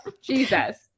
Jesus